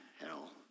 hell